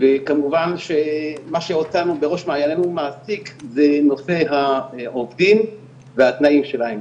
וכמובן מה שאותנו מעסיק ובראש מעייננו זה נושא העובדים והתנאים שלהם.